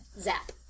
Zap